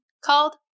called